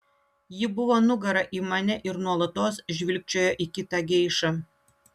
ji buvo nugara į mane ir nuolatos žvilgčiojo į kitą geišą